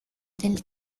del